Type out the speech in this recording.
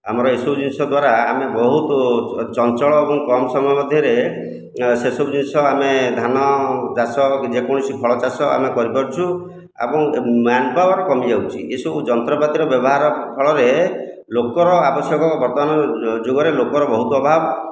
ଆମର ଏଇସବୁ ଜିନିଷ ଦ୍ଵାରା ଆମେ ବହୁତ ଚଞ୍ଚଳ ଏବଂ କମ୍ ସମୟ ମଧ୍ୟରେ ସେସବୁ ଜିନିଷ ଆମେ ଧାନ ଚାଷ ଯେ କୌଣସି ଫଳ ଚାଷ ଆମେ କରିପାରୁଛୁ ଏବଂ ମ୍ୟାନ୍ ପାୱାର କମି ଯାଉଛି ଏଇ ସବୁ ଯନ୍ତ୍ରପାତିର ବ୍ୟବହାର ଫଳରେ ଲୋକର ଆବଶ୍ୟକ ବର୍ତ୍ତମାନ ଯୁଗରେ ଲୋକର ବହୁତ ଅଭାବ